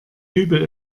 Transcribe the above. dübel